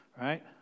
right